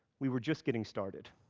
we were just getting started.